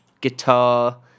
Guitar